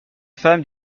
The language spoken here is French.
femmes